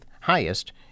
highest